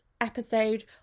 episode